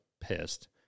pissed